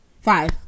five